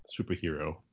superhero